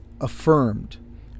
affirmed